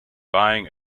buying